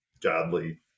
godly